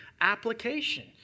application